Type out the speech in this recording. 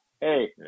Hey